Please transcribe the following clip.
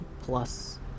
plus